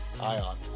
Ion